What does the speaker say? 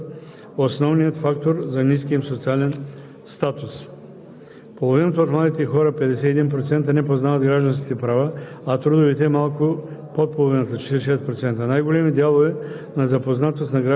посочват, че са напълно удовлетворени или по-скоро удовлетворени от начина си на живот. Младежите, които са в тежко социално положение, са най-вече част от етническите малцинства, което се оказва основният фактор за ниския им социален статус.